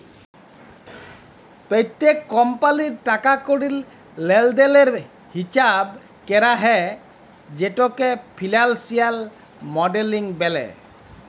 প্যত্তেক কমপালির টাকা কড়ির লেলদেলের হিচাব ক্যরা হ্যয় যেটকে ফিলালসিয়াল মডেলিং ব্যলে